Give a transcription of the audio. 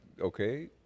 Okay